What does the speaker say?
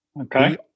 okay